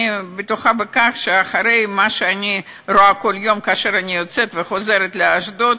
אני בטוחה בכך שאחרי מה שאני רואה כל יום כאשר אני יוצאת וחוזרת לאשדוד,